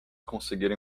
conseguiram